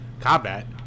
combat